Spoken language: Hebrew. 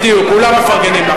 אני מפרגן לה.